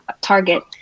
target